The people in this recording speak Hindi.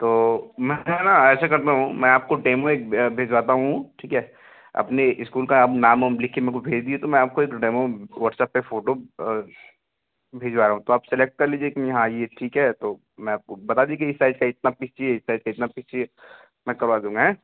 तो मैं है न ऐसे करता हूँ मैं आपको डेमो एक भेजवाता हूँ ठीक है अपने इस्कूल का आप नाम ओम लिख कर मेरे को भेज दीजिए तो मैं आपको एक डेमो वाट्सअप पर फ़ोटो भिजवा रहा हूँ तो आप सेलेक्ट कर लीजिए कि हाँ ये ठीक है तो मैं आपको बता दीजिए कि इस साइज का इतना पीस चाहिए इस साइज का इतना पीस चाहिए मैं करवा दूँगा